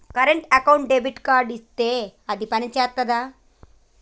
Current అకౌంట్కి credit card ఇత్తే అది పని చేత్తదా?